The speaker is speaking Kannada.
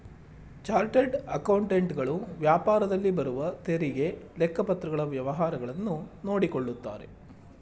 ಚಾರ್ಟರ್ಡ್ ಅಕೌಂಟೆಂಟ್ ಗಳು ವ್ಯಾಪಾರದಲ್ಲಿ ಬರುವ ತೆರಿಗೆ, ಲೆಕ್ಕಪತ್ರಗಳ ವ್ಯವಹಾರಗಳನ್ನು ನೋಡಿಕೊಳ್ಳುತ್ತಾರೆ